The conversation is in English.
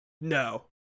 No